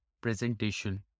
presentation